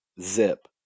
zip